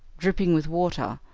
dripping with water,